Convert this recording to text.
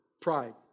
pride